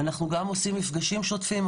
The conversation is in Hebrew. אנחנו גם עושים מפגשים שוטפים,